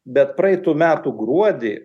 bet praeitų metų gruodį